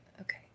okay